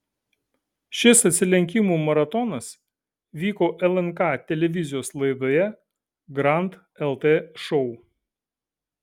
šis atsilenkimų maratonas vyko lnk televizijos laidoje grand lt šou